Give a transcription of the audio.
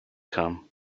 come